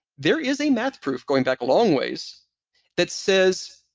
there is a math proof going back a long ways that says,